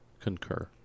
concur